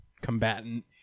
combatant